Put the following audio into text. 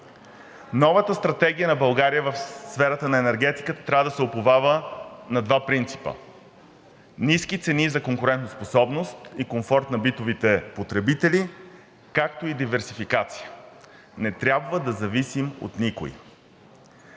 Новата стратегия на България в сферата на енергетиката трябва да се уповава на два принципа: ниски цени за конкурентоспособност и комфорт на битовите потребители, както и диверсификация. Не трябва да зависим от никой.